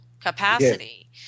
capacity